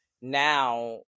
now